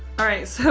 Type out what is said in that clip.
alright, so.